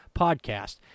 Podcast